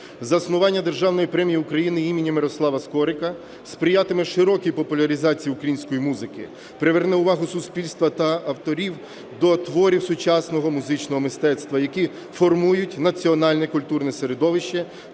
Заснування Державної премії України імені Мирослава Скорика сприятиме широкій популяризації української музики, приверне увагу суспільства та авторів до творів сучасного музичного мистецтва, які формують національне культурне середовище